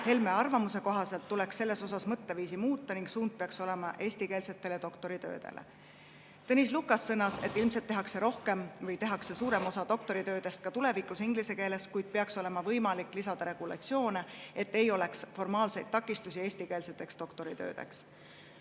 Helme arvamuse kohaselt tuleks selles osas mõtteviisi muuta ning suund peaks olema eestikeelsetele doktoritöödele. Tõnis Lukas sõnas, et ilmselt tehakse suurem osa doktoritöödest ka tulevikus inglise keeles, kuid peaks olema võimalik lisada regulatsioone, et ei oleks formaalseid takistusi eestikeelseteks doktoritöödeks. Lukase